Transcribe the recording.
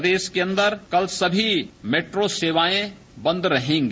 प्रदेश के अन्दर कल सभी मेट्रो सेवाएं बंद रहेंगी